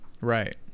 Right